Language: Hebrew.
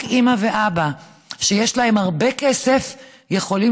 רק אימא ואבא שיש להם הרבה כסף יכולים